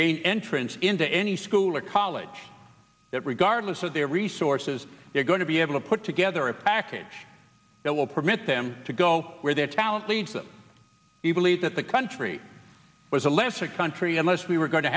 gain entrance into any school or college that regardless of their resources they're going to be able to put together a package that will permit them to go where their talent leads them he believes that the country was a lesser country unless we were going to